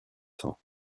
temps